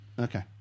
Okay